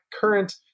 current